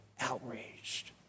outraged